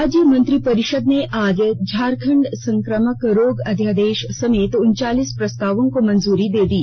राज्य मंत्रिपरिषद ने आज झारखंड संकामक रोग अध्यादेष समेत उनचालीस प्रस्तावों को मंजुरी दे दी